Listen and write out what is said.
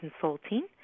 consulting